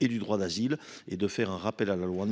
et du droit d’asile, ainsi que de faire un nécessaire rappel à la loi.